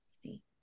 see